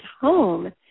home